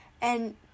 and-